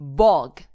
bog